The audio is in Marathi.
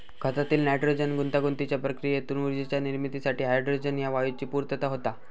खतातील नायट्रोजन गुंतागुंतीच्या प्रक्रियेतून ऊर्जेच्या निर्मितीसाठी हायड्रोजन ह्या वायूची पूर्तता होता